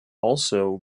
also